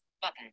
button